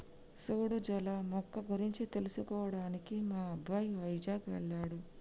సూడు జల మొక్క గురించి తెలుసుకోవడానికి మా అబ్బాయి వైజాగ్ వెళ్ళాడు